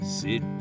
sit